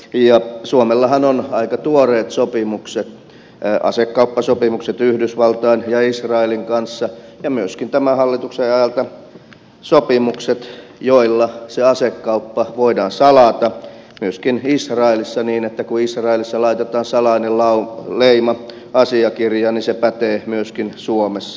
ja suomellahan on aika tuoreet asekauppasopimukset yhdysvaltain ja israelin kanssa ja myöskin tämän hallituksen ajalta sopimukset joilla se asekauppa voidaan salata myöskin israelissa niin että kun israelissa laitetaan salainen leima asiakirjaan niin se pätee myöskin suomessa